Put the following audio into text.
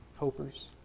hopers